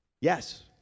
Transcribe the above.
Yes